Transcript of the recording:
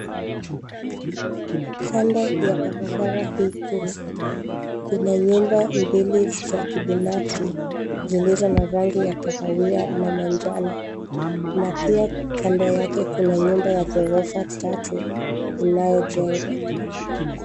Kando ya barabara hii kuu, kuna nyumba mbili za kibinafsi zilizo na rangi ya kahawia na manjano na pia kando yake kuna nyumba ya ghorofa tatu inayojengwa.